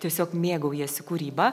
tiesiog mėgaujasi kūryba